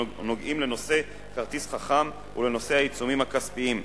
הנוגעים בנושא כרטיס חכם ובנושא העיצומים הכספיים,